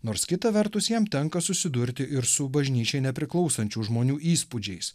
nors kita vertus jam tenka susidurti ir su bažnyčiai nepriklausančių žmonių įspūdžiais